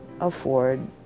afford